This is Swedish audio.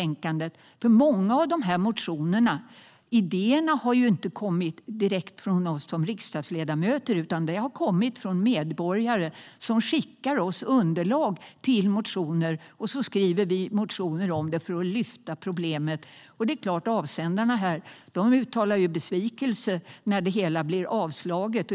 Idéerna till många av motionerna har inte kommit direkt från oss riksdagsledamöter utan från medborgare som skickar oss underlag till motioner. Sedan skriver vi motioner för att lyfta fram problemet. Det är klart att avsändarna uttalar besvikelse när det hela blir avslaget.